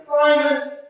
Simon